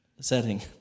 setting